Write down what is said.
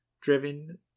driven